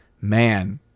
Man